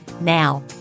Now